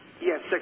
Yes